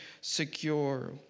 secure